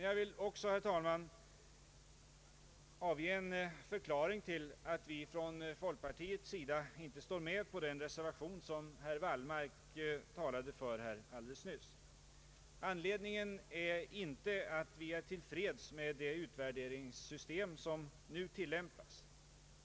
Jag vill också, herr talman, avge en förklaring till att vi från folkpartiet inte anslutit oss till den reservation som herr Wallmark nyss talade för. Anledningen är inte att vi är till freds med det utvärderingssystem som nu tillämpas.